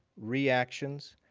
reactions,